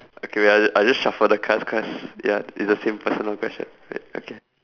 okay wait I'll I'll just shuffle the cards cause ya it's the same personal question wait okay